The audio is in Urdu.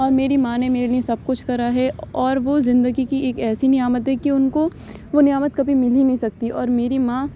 اور میری ماں نے میرے لیے سب کچھ کرا ہے اور وہ زندگی کی ایک ایسی نعمت ہے کہ ان کو وہ نعمت کبھی مل ہی نہیں سکتی اور میری ماں